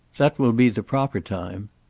that will be the proper time.